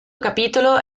capitolo